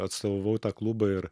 atstovavau tą klubą ir